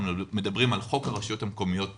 מדברים על חוק שירות המדינה (משמעת),